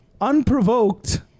Unprovoked